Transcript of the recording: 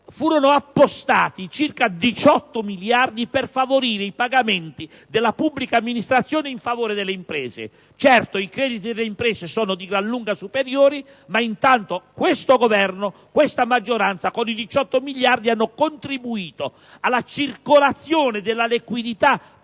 furono appostati circa 18 miliardi di euro per favorire i pagamenti della pubblica amministrazione in favore delle imprese. Certo, i crediti delle imprese sono di gran lunga superiori, ma intanto il Governo e questa maggioranza con i 18 miliardi in oggetto hanno contribuito alla circolazione della liquidità per